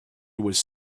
was